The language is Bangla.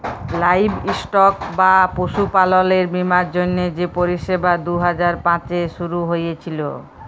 লাইভস্টক বা পশুপাললের বীমার জ্যনহে যে পরিষেবা দু হাজার পাঁচে শুরু হঁইয়েছিল